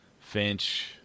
Finch